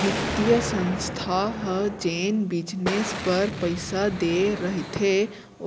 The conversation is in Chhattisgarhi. बित्तीय संस्था ह जेन बिजनेस बर पइसा देय रहिथे